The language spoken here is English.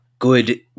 good